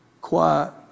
quiet